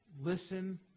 Listen